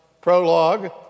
prologue